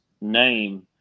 name